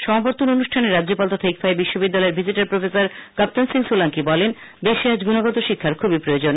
সমাবর্তন অনুষ্ঠানে রাজ্যপাল তথা ইকফাই বিশ্ববিদ্যালয়ের ভিজিটর প্রফেসর কাপ্তান সিং সোলাংকি বলেন দেশে আজ গুনগত শিক্ষার খুবই প্রয়োজন